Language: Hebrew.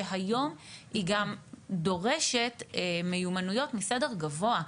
שהיום היא גם דורשת מיומנויות מסדר גבוה.